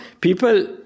people